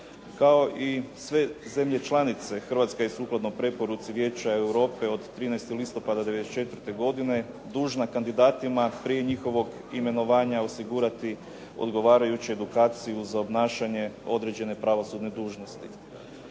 Kao i sve zemlje članice Hrvatska je sukladno preporuci Vijeća Europe od 13. listopada '94. godine dužna kandidatima prije njihovog imenovanja osigurati odgovarajuću edukaciju za obnašanje određene pravosudne dužnosti.